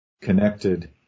connected